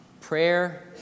Prayer